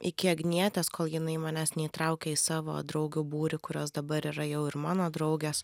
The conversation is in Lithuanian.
iki agnietės kol jinai manęs neįtraukė į savo draugių būrį kurios dabar yra jau ir mano draugės